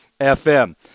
FM